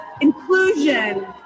inclusion